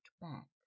back